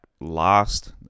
last